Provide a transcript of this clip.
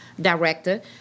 director